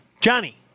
Johnny